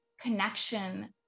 connection